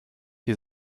die